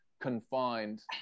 confined